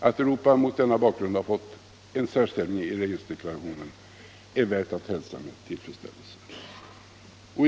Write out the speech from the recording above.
Att Europa mot denna bakgrund har fått en särställning i regeringsdeklarationen är värt att hälsa med tillfredsställelse.